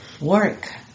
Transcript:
work